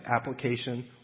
application